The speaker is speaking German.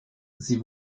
sie